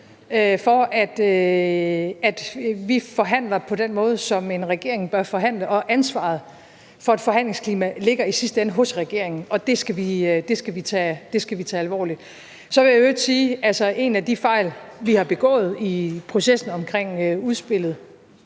for, at vi forhandler på den måde, som en regering bør forhandle, og ansvaret for et forhandlingsklima ligger i sidste ende hos regeringen, og det skal vi tage alvorligt. Så vil jeg i øvrigt sige, at en af de fejl, vi har begået i processen omkring udspillet,